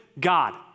God